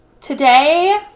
Today